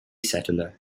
settler